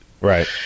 Right